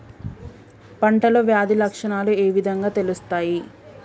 పంటలో వ్యాధి లక్షణాలు ఏ విధంగా తెలుస్తయి?